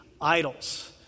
Idols